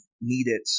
needed